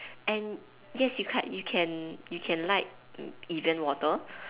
and yes you can you can like Evian water